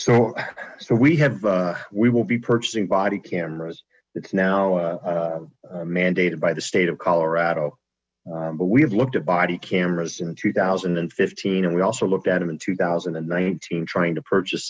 so so we have we will be purchasing body cameras that's now mandated by the state of colorado but we have looked at body cameras in two thousand and fifteen and we also looked at him in two thousand and nineteen trying to purchase